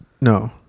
No